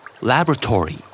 Laboratory